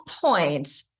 point